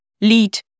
lead